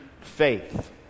faith